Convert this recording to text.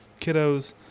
kiddos